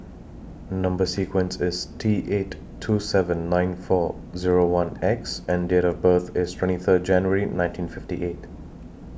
Number sequence IS T eight two seven nine four Zero one X and Date of birth IS twenty Third January nineteen fifty eight